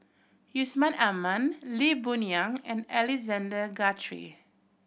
Yusman Aman Lee Boon Yang and Alexander Guthrie